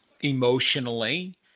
emotionally